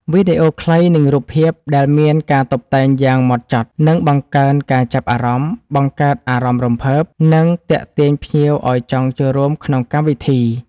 វីដេអូខ្លី និងរូបភាពដែលមានការតុបតែងយ៉ាងម៉ត់ចត់ នឹងបង្កើនការចាប់អារម្មណ៍ បង្កើតអារម្មណ៍រំភើប និងទាក់ទាញភ្ញៀវឲ្យចង់ចូលរួមក្នុងកម្មវិធី។